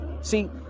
See